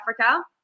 Africa